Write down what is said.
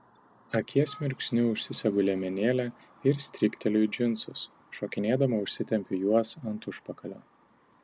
akies mirksniu užsisegu liemenėlę ir strykteliu į džinsus šokinėdama užsitempiu juos ant užpakalio